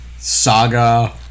Saga